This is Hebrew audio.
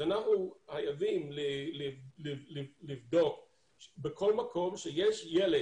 אז אנחנו חייבים לבדוק שבכל מקום שיש ילד